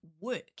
work